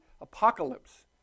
apocalypse